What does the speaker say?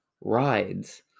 rides